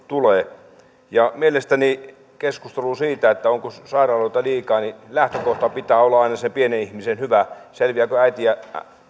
tulee mielestäni keskustelussa siitä onko sairaaloita liikaa lähtökohdan pitää olla aina se pienen ihmisen hyvä selviävätkö äiti ja